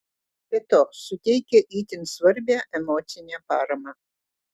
be to suteikia itin svarbią emocinę paramą